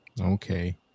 Okay